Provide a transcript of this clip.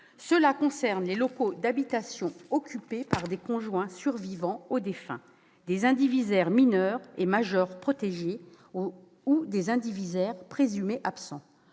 Cela concerne les locaux d'habitation occupés par des conjoints survivants au défunt, des indivisaires mineurs et majeurs protégés ou des indivisaires présumés absents.